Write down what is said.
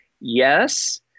Yes